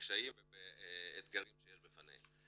בקשיים ובאתגרים שיש בפניהם.